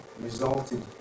resulted